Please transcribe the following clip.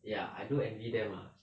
ya I do envy them lah